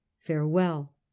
farewell